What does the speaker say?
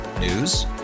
News